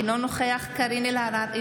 אינו נוכח קארין אלהרר,